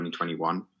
2021